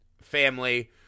family